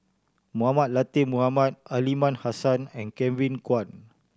Mohamed Latiff Mohamed Aliman Hassan and Kevin Kwan